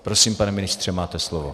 Prosím, pane ministře, máte slovo.